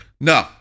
No